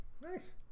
nice